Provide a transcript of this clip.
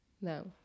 No